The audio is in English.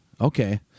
okay